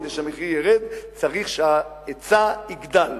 כדי שהמחיר ירד צריך שההיצע יגדל,